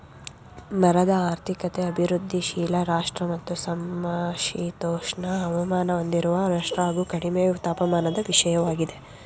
ಮರದ ಆರ್ಥಿಕತೆ ಅಭಿವೃದ್ಧಿಶೀಲ ರಾಷ್ಟ್ರ ಮತ್ತು ಸಮಶೀತೋಷ್ಣ ಹವಾಮಾನ ಹೊಂದಿರುವ ರಾಷ್ಟ್ರ ಹಾಗು ಕಡಿಮೆ ತಾಪಮಾನದ ವಿಷಯವಾಗಿದೆ